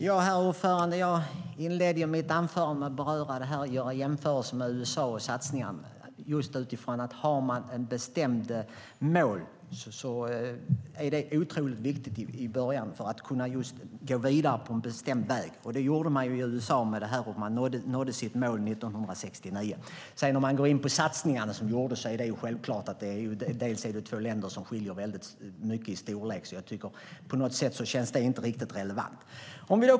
Herr talman! Jag inledde mitt anförande med att göra jämförelser med USA och satsningarna där. Det är i början otroligt viktigt att har man ett bestämt mål för att kunna gå vidare på en bestämd väg. Det gjorde man i USA, och man nådde sitt mål 1969. Vad gäller satsningarna som gjordes är det självklart att det är två länder som skiljer sig väldigt starkt åt i storlek. På något sätt känns det inte riktigt relevant.